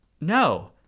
No